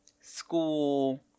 school